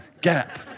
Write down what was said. gap